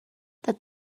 that